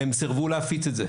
אבל הם סירבו להפיץ את זה.